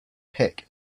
pick